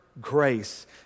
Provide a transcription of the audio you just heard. Grace